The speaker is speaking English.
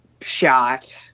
shot